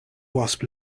wasp